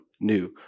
new